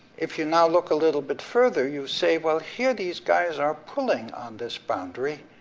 if you now look a little bit further, you say, well, here, these guys are pulling on this boundary,